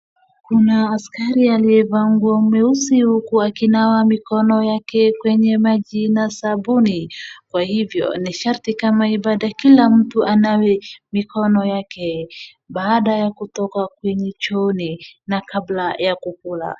Kuna askari aliyevaa nguo nyeusi huku akinawa mikono yake kwenye maji na sabuni. Kwa hivyo ni sharti kama ibada kila mmoja anawe mikono yake baada ya kutoka chooni na kabla ya kukula.